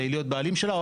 להיות בעלים שלה,